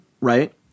right